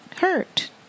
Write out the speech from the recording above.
hurt